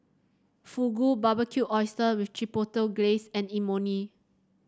Fugu Barbecued Oysters with Chipotle Glaze and Imoni